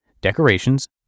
decorations